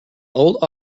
old